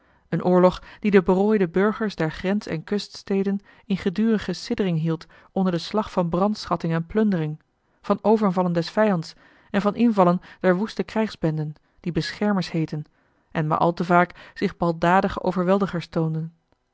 een oorlog die de berooide burgers der grens en kuststeden in gedurige siddering hield onder den slag van brandschatting en plundering van overvallen des vijands en van invallen der woeste krijgsbenden die beschermers heetten en maar al te vaak zich baldadige overweldigers